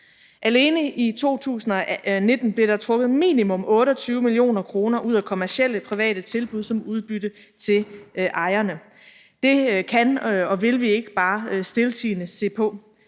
Alene i 2019 blev der trukket minimum 28 mio. kr. ud af kommercielle private tilbud som udbytte til ejerne. Det kan og vil vi ikke bare stiltiende se på.